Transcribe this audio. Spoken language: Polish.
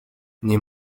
nie